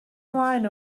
ymlaen